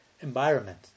environment